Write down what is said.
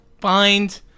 find